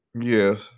yes